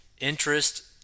Interest